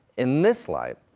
in this light,